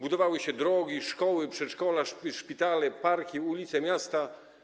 Budowano drogi, szkoły, przedszkola, szpitale, parki, ulice, miasta.